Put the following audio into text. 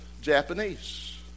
Japanese